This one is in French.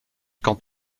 quand